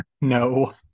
No